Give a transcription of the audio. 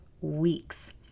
weeks